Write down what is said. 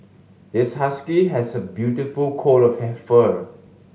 this husky has a beautiful coat of fur